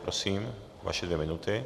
Prosím, vaše dvě minuty.